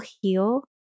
heal